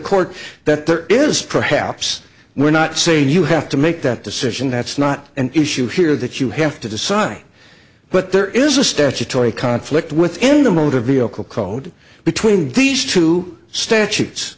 court that there is perhaps we're not saying you have to make that decision that's not an issue here that you have to decide but there is a statutory conflict within the motor vehicle code between these two statutes